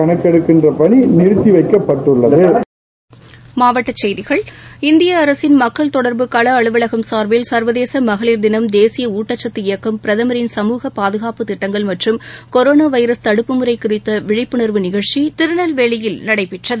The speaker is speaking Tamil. கணக்கெடுப்பு பணி நிறுத்தி வைக்கப்பட்டுள்ளது இந்திய அரசின் மக்கள் தொடர்பு கள அலுவலகம் சார்பில் சர்வதேச மகளிர் தினம் தேசிய ஊட்டச்சத்து இயக்கம் பிரதமின் சமூகப் பாதுகாப்பு திட்டங்கள் மற்றும் கொரோனா வைரஸ் தடுப்பு முறை குறித்த விழிப்புண்வு நிகழ்ச்சி நடைபெற்றது